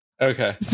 Okay